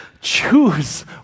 choose